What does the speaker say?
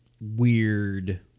weird